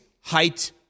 height